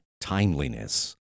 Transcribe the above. timeliness